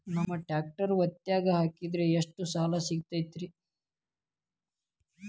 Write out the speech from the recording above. ನಮ್ಮ ಟ್ರ್ಯಾಕ್ಟರ್ ಒತ್ತಿಗೆ ಹಾಕಿದ್ರ ಎಷ್ಟ ಸಾಲ ಸಿಗತೈತ್ರಿ?